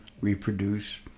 reproduce